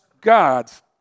gods